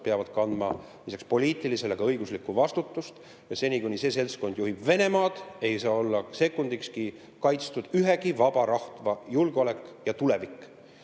peavad kandma lisaks poliitilisele ka õiguslikku vastutust ja seni, kuni see seltskond juhib Venemaad, ei saa olla sekundikski kaitstud ühegi vaba rahva julgeolek ja tulevik. Ja